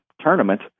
tournament